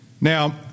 Now